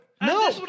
No